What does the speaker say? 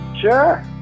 Sure